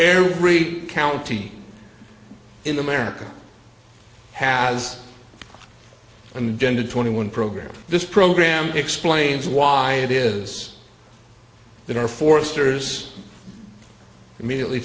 every county in america has an agenda twenty one program this program explains why it is that our foresters immediately